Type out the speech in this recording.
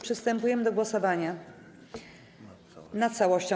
Przystępujemy do głosowania nad całością.